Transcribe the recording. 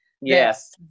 yes